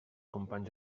companys